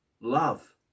love